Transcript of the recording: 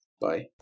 Bye